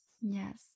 Yes